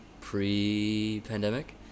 pre-pandemic